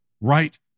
right